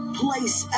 place